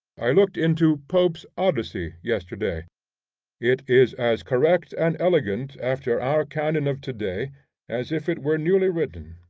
i looked into pope's odyssey yesterday it is as correct and elegant after our canon of to-day as if it were newly written.